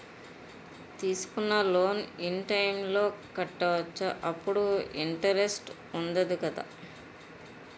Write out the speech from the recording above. తీసుకున్న loan in time లో కట్టవచ్చ? అప్పుడు ఇంటరెస్ట్ వుందదు కదా?